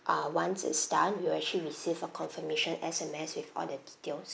ah once it's done you will actually receive a confirmation S_M_S with all the details